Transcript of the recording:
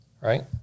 right